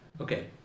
Okay